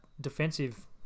defensive